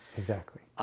exactly